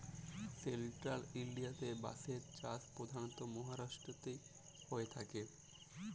central ইলডিয়াতে বাঁশের চাষ পধালত মাহারাষ্ট্রতেই হঁয়ে থ্যাকে